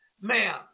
man